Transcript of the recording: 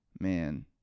man